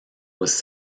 was